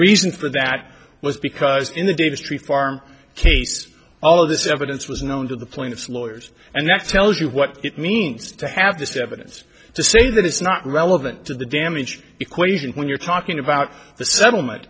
reason for that was because in the davis tree farm case all of this evidence was known to the plaintiff's lawyers and that's tells you what it means to have this evidence to say that it's not relevant to the damage equation when you're talking about the settlement